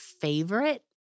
favorite